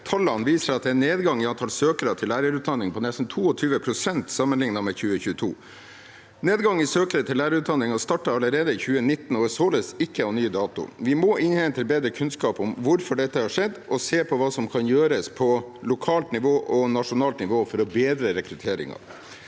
tallene viser at det er en nedgang i antall søkere til lærerutdanningen på nesten 22 pst. sammenlignet med 2022. Nedgangen i søkere til lærerutdanningen startet allerede i 2019 og er således ikke av ny dato. Vi må innhente bedre kunnskap om hvorfor dette har skjedd, og se på hva som kan gjøres på lokalt nivå og nasjonalt nivå for å bedre rekrutteringen.